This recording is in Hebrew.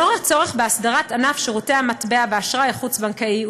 לאור הצורך בהסדרת ענף שירותי המטבע והאשראי החוץ-בנקאי,